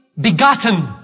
begotten